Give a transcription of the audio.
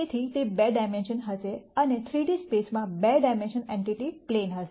તેથી તે 2 ડાયમેન્શન હશે અને 3 D સ્પેસમાં 2 ડાયમેન્શન એન્ટિટી પ્લેન હશે